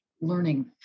learning